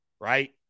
Right